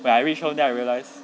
when I reached home then I realise